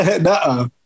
no